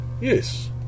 Yes